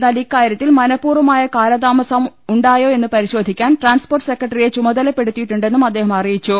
എന്നാൽ ഇക്കാരൃത്തിൽ മനപൂർവ മായ കാലതാമസം ഉണ്ടായോയെന്ന് പരിശോധിക്കാൻ ട്രാൻസ്പോർട്ട് സെക്ര ട്ടറിയെ ചുമതലപ്പെടുത്തിയിട്ടുണ്ടെന്നും അദ്ദേഹം അറിയിച്ചു